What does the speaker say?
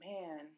man